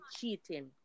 cheating